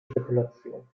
spekulation